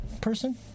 person